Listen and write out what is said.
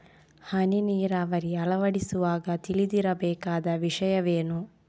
ಹನಿ ನೀರಾವರಿ ಅಳವಡಿಸುವಾಗ ತಿಳಿದಿರಬೇಕಾದ ವಿಷಯವೇನು?